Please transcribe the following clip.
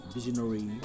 Visionary